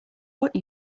what